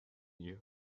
you